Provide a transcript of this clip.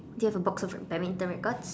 do you have a box of badminton rackets